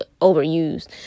overused